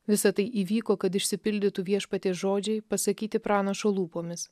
visa tai įvyko kad išsipildytų viešpaties žodžiai pasakyti pranašo lūpomis